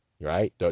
Right